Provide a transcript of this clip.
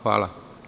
Hvala.